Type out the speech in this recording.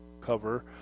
cover